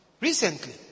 recently